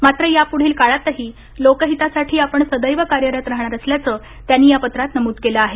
मात्र यापुढील काळातही लोकहितासाठी आपण सदैव कार्यरत राहणार असल्याचं त्यांनी या पत्रात नमूद केलं आहे